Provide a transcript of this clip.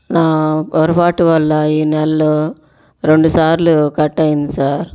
నా పొరపాటు వల్ల ఈ నెలలో రెండుసార్లు కట్ అయింది సర్